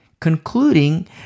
concluding